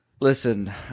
Listen